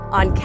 on